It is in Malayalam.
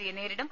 സിയെ നേരിടും